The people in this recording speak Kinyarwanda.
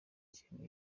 kintu